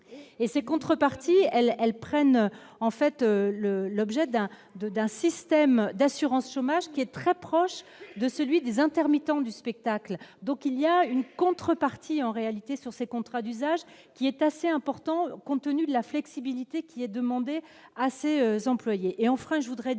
et ses contreparties, elles, elles prennent en fait le l'objet d'un d'un système d'assurance chômage qui est très proche de celui des intermittents du spectacle, donc il y a une contrepartie, en réalité, sur ces contrats d'usage qui est assez important, compte tenu de la flexibilité qui a demandé à ses employées